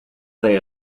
they